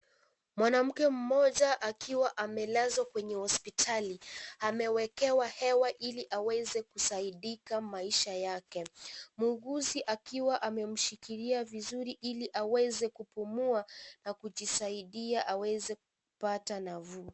Mwanamke mmoja akiwa amelazwa kwenye hospitali amewekewa hewa ili aweze kusaidika maisha yake, muuguzi akiwa amemshikilia vizuri ili aweze kupumua na kujisaidia aweze kupata nafuu.